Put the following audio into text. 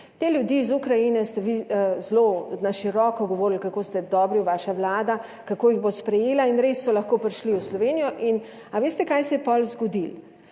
Te ljudi iz Ukrajine ste vi zelo na široko govorili, kako ste dobri, vaša Vlada, kako jih bo sprejela in res so lahko prišli v Slovenijo in, a veste kaj se je potem zgodilo?